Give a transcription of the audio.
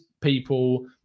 people